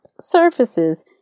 surfaces